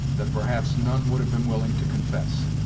that perhaps none would have been willing to confess.